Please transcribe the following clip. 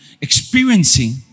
experiencing